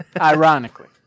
ironically